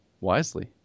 Wisely